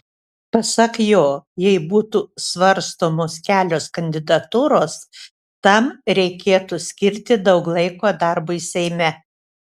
pasak jo jei būtų svarstomos kelios kandidatūros tam reikėtų skirti daug laiko darbui seime